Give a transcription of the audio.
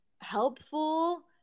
helpful